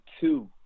two